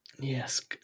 Yes